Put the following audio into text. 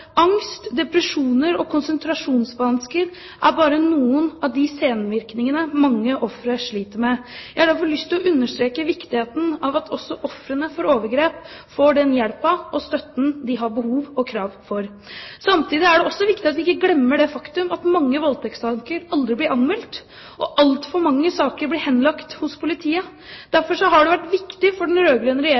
Angst, depresjoner og konsentrasjonsvansker er bare noen av de senvirkningene mange ofre sliter med. Jeg har derfor lyst til å understreke viktigheten av at også ofrene for overgrep får den hjelpen og støtten de har behov for og krav på. Samtidig er det også viktig at vi ikke glemmer det faktum at mange voldtektssaker aldri blir anmeldt, og altfor mange saker blir henlagt hos politiet. Derfor har det vært viktig for den